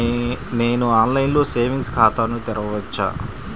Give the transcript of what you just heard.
నేను ఆన్లైన్లో సేవింగ్స్ ఖాతాను తెరవవచ్చా?